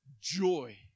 joy